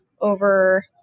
over